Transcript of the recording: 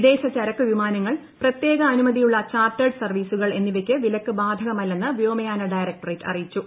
വിദേശചരക്കൂ വിമാനങ്ങൾ പ്രത്യേകാനൂമതിയുള്ള ചാർട്ടേഡ് സർവീസുകൾ എന്നിവയ്ക്ക് വിലക്ക് ബാധകമല്ലെന്ന് വ്യോമയാന ഡയറക്ടറേറ്റ് അറിയിച്ചു